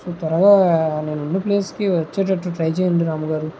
so త్వరగా నేను ఉన్నప్లేస్కి వచ్చేటట్టు ట్రై చేయండి రాము గారు